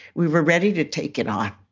we were ready to take it on